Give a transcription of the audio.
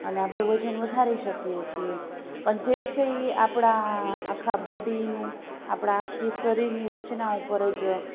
અને આપણું વજન વધારી શકીએ છીએ પણ જે છે એ આપણાં આખા બોડીનું આપણાં આખી શરીરની રચના ઉપર જ